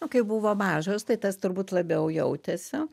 nu kai buvo mažos tai tas turbūt labiau jautėsi